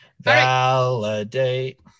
Validate